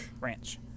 Ranch